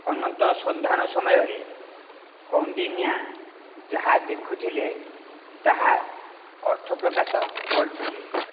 ଅନନ୍ତ ସନ୍ଧାନ ସମୟରେ କୌଣ୍ଡିନ୍ୟା ଯାହା ଦେଖୁଥିଲେ ତାହାର ଅର୍ଥ ପ୍ରକାଶ କରିଥିଲେ